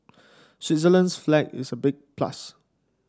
Switzerland's flag is a big plus